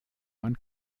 man